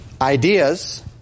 ideas